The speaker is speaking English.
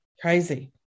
Crazy